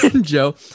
Joe